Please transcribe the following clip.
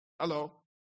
Hello